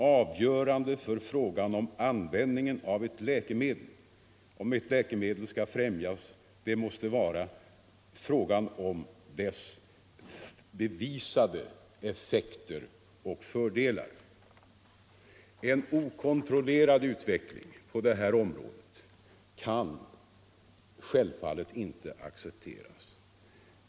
Avgörande för frågan huruvida ett läkemedel skall främjas måste vara dess bevisade effekter och fördelar. En okontrollerad utveckling på det här området kan självfallet inte accepteras.